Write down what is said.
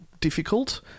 difficult